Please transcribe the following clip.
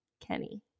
Kenny